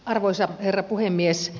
arvoisa herra puhemies